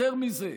יותר מזה,